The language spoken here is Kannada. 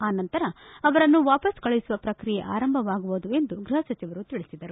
ಆ ನಂತರ ಅವರನ್ನು ವಾಪಸ್ ಕಳುಹಿಸುವ ಪ್ರಕ್ರಿಯೆ ಆರಂಭವಾಗುವುದು ಎಂದು ಗ್ಬಹ ಸಚಿವರು ತಿಳಿಸಿದರು